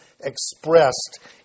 expressed